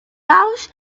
pouch